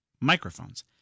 microphones